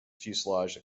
fuselage